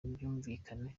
bwumvikane